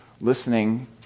listening